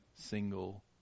single